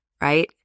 right